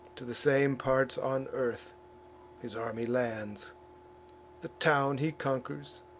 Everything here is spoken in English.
to the same parts on earth his army lands the town he conquers,